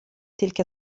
تلك